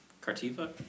Cartiva